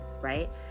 right